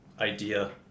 idea